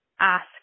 ask